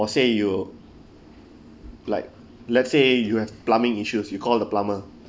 or say you like let's say you have plumbing issues you call the plumber